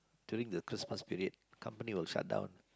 during the Christmas period company will shut down